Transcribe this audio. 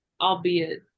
albeit